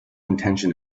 intention